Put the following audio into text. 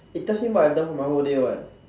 it tells me what I've done for the whole day [what]